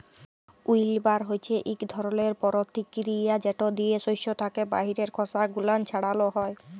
উইল্লবার হছে ইক ধরলের পরতিকিরিয়া যেট দিয়ে সস্য থ্যাকে বাহিরের খসা গুলান ছাড়ালো হয়